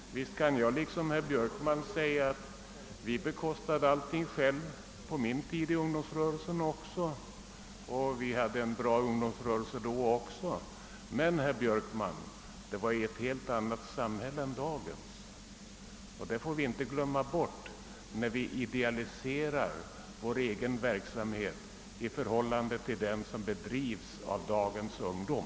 Visst kan jag liksom herr Björkman säga att vi bekostade allting själva på min tid i ungdomsrörelsen, och vi hade en bra ungdomsrörelse då också. Men, herr Björkman, det var ett helt annat samhälle då än dagens; detta bör vi inte glömma när vi idealiserar vår egen verksamhet i förhållande till den som bedrivs av dagens ungdom.